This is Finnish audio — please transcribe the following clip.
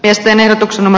jäsenehdotuksen oma